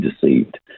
deceived